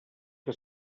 que